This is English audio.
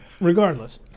Regardless